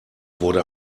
wurde